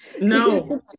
no